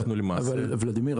אבל ולדימיר,